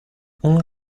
اون